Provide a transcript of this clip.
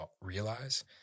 realize